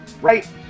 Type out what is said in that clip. right